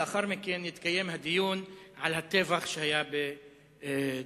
ולאחר מכן יתקיים הדיון על הטבח שהיה בתל-אביב.